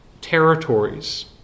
territories